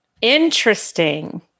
interesting